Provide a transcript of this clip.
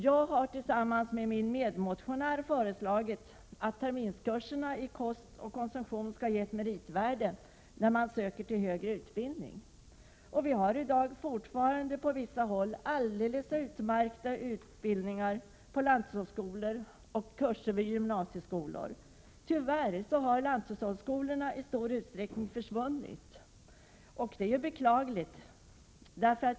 Jag har tillsammans med min medmotionär föreslagit att terminskurserna inom kost och konsumtion skall tillmätas ett meritvärde då man söker till högre utbildning. Vi har i dag fortfarande på vissa håll alldeles utmärkta utbildningar på lanthushållsskolor och i form av kortare kurser vid gymnasieskolor. Lanthushållsskolorna har i stor utsträckning försvunnit, och det är beklagligt.